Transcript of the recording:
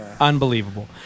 Unbelievable